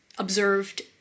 observed